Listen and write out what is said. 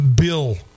bill